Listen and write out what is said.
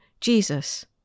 Jesus